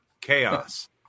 Chaos